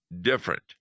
different